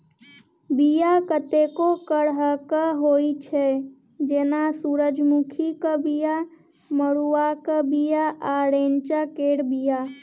बीया कतेको करहक होइ छै जेना सुरजमुखीक बीया, मरुआक बीया आ रैंचा केर बीया